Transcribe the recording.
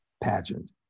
pageant